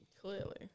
Clearly